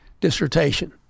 dissertation